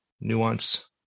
nuance